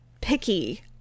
picky